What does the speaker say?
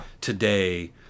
today